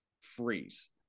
freeze